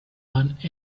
want